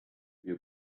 few